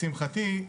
לשמחתי,